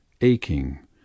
aching